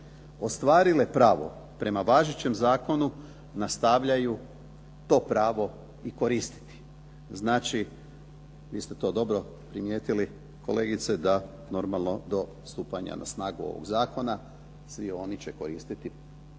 ostvarile pravo, prema važećem zakonu nastavljaju to pravo i koristiti. Znači, vi ste to dobro primjetili kolegice da normalno do stupanja na snagu ovog zakona svi oni će koristiti